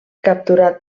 capturat